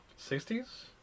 60s